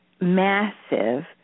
massive